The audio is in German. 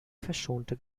verschonte